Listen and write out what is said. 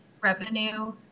revenue